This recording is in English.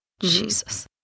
Jesus